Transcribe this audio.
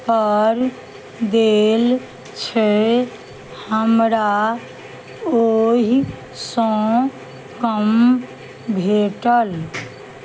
पर देल छै हमरा ओहिसँ कम भेटल